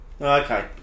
Okay